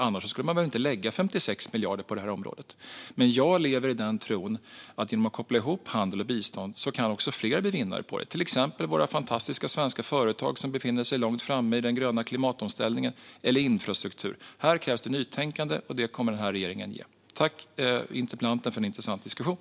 Annars skulle man väl inte lägga 56 miljarder på det här området. Men jag lever i tron att fler kan bli vinnare genom att man kopplar ihop handel och bistånd, till exempel våra fantastiska svenska företag, som befinner sig långt framme i den gröna klimatomställningen eller när det handlar om infrastruktur. Här krävs det nytänkande, och det kommer den här regeringen att ge. Jag tackar interpellanten för en intressant diskussion.